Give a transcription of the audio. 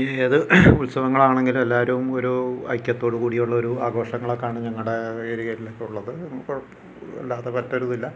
ഈ അത് ഉത്സവങ്ങളാണെങ്കിലും എല്ലാവരും ഒരൂ ഐക്യത്തോട് കൂടിയുള്ളൊരു ആഘോഷങ്ങളൊക്കെയാണ് ഞങ്ങളുടെ ഏരിയേലൊക്കെ ഉള്ളത് ഇപ്പോൾ അല്ലാതെ മറ്റൊരുതില്ല